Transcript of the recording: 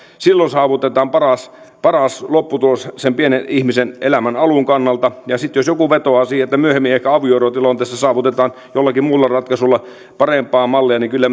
silloin saavutetaan paras paras lopputulos sen pienen ihmisen elämän alun kannalta sitten jos joku vetoaa siihen että myöhemmin ehkä avioerotilanteessa saavutetaan jollakin muulla ratkaisulla parempaa mallia niin kyllä